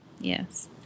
Yes